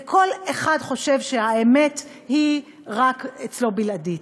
וכל אחד חושב שהאמת היא רק אצלו בלעדית.